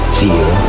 fear